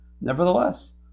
Nevertheless